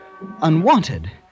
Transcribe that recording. unwanted